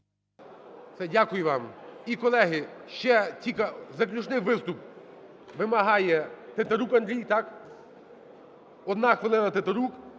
Дякую вам. І, колеги, ще тільки заключний виступ. Вимагає Тетерук Андрій, так? 1 хвилина Тетерук